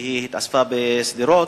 שהתאספה בשדרות,